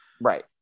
Right